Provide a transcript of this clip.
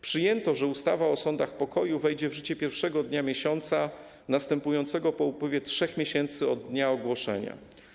Przyjęto, że ustawa o sądach pokoju wejdzie w życie pierwszego dnia miesiąca następującego po upływie 3 miesięcy od dnia ogłoszenia.